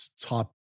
top